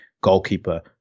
goalkeeper